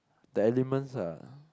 the elements ah